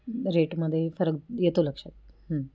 रेटमध्येही फरक येतो लक्षात